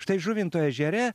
štai žuvinto ežere